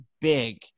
big